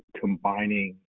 combining